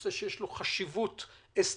נושא שיש לו חשיבות אסטרטגית,